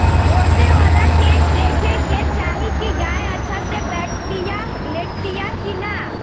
पोसेवला के देखे के चाही की गाय अच्छा से बैठतिया, लेटतिया कि ना